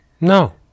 No